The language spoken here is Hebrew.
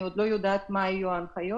אני לא יודעת עדיין מה יהיו ההנחיות,